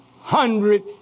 Hundred